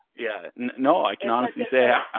yeah no, i can honestly say yeah i